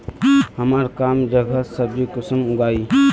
हमार कम जगहत सब्जी कुंसम उगाही?